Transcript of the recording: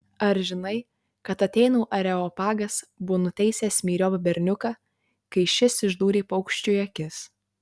ar žinai kad atėnų areopagas buvo nuteisęs myriop berniuką kai šis išdūrė paukščiui akis